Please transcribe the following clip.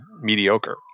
mediocre